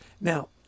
Now